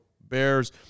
bears